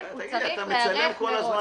כן, הוא צריך להיערך מראש.